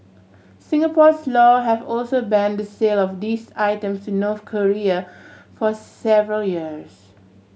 Singapore's law have also ban the sale of these items to North Korea for several years